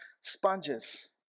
sponges